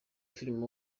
filime